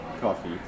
coffee